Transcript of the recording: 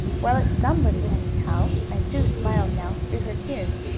well, it's somebody, anyhow, and sue smiled now, through her tears.